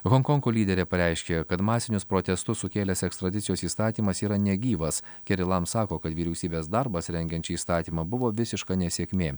honkonko lyderė pareiškė kad masinius protestus sukėlęs ekstradicijos įstatymas yra negyvas kerilam sako kad vyriausybės darbas rengiant šį įstatymą buvo visiška nesėkmė